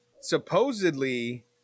Supposedly